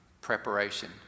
preparation